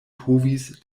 povis